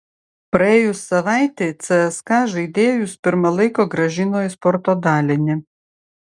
praėjus savaitei cska žaidėjus pirma laiko grąžino į sporto dalinį